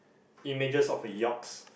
images of a yaks